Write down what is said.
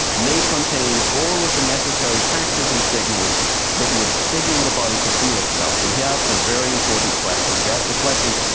may contain all of the necessary factors and signals that would signal the body to heal itself. and he asked a very important question. he asked the question,